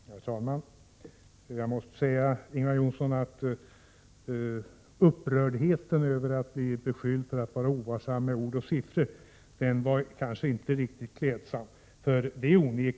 Herr talman! Jag måste säga att Ingvar Johnssons upprördhet över att bli beskylld för att vara ovarsam med ord och siffror inte var riktigt klädsam.